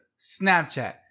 Snapchat